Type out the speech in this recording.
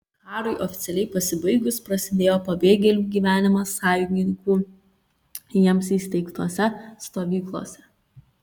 karui oficialiai pasibaigus prasidėjo pabėgėlių gyvenimas sąjungininkų jiems įsteigtose stovyklose